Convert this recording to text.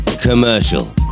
commercial